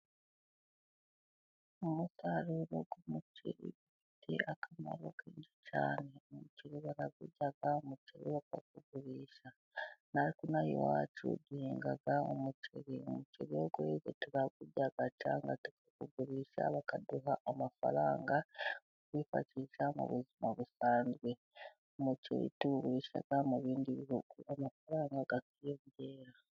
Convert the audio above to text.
Umusaruro wumuceri ufite akamaro kenshi cyane, umuceri barawurya, umuceri bakawurugurisha, natwe inaha iwacu duhinga umuceri, umuceri iyo weze turawurya cyangwa tukawugurisha, bakaduha amafaranga yo kwifashisha mu buzima busanzwe, umuceri tuwugurisha mu bindi bihugu amafaranga akiyongera.